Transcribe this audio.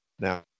Now